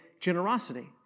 generosity